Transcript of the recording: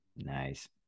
Nice